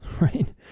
right